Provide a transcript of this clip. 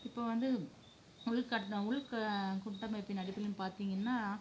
இப்போ வந்து உள்கட் உள்க கட்டமைப்பின் அடிப்படையிலன்னு பார்த்திங்கன்னா